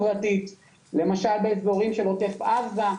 למשל באיזורים של עוטף עזה,